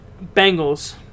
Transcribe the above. Bengals